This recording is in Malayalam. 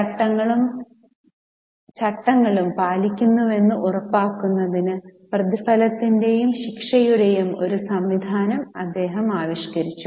ചട്ടങ്ങളും ചട്ടങ്ങളും പാലിക്കുന്നുവെന്ന് ഉറപ്പാക്കുന്നതിന് പ്രതിഫലത്തിന്റെയും ശിക്ഷയുടെയും ഒരു സംവിധാനം അദ്ദേഹം ആവിഷ്കരിച്ചു